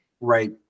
right